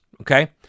okay